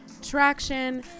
traction